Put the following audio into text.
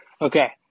Okay